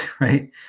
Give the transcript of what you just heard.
right